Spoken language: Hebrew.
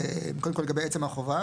קודם כל, לגבי עצם החובה.